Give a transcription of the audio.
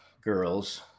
girls